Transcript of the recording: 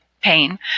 pain